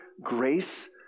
grace